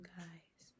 guys